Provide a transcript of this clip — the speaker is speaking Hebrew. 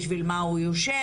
בשביל מה הוא יושב.